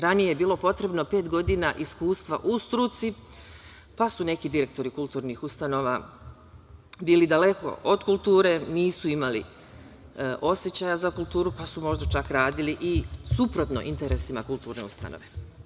Ranije je bilo potrebno pet godina iskustva u struci, pa su neki direktori kulturnih ustanova bili daleko od kulture, nisu imali osećaja za kulturu, pa su možda čak radili i suprotno interesima kulturne ustanove.